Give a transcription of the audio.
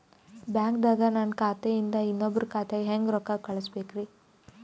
ಬ್ಯಾಂಕ್ದಾಗ ನನ್ ಖಾತೆ ಇಂದ ಇನ್ನೊಬ್ರ ಖಾತೆಗೆ ಹೆಂಗ್ ರೊಕ್ಕ ಕಳಸಬೇಕ್ರಿ?